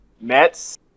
Mets